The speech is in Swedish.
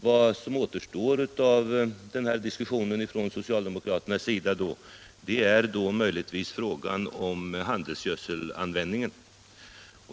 Vad som återstår av de önskemål som framförts från socialdemokraternas sida skulle möjligtvis vara frågan om handelsgödselanvändningen.